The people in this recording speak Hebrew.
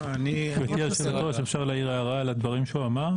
גברתי היו"ר אפשר להעיר הערה על הדברים שהוא אמר?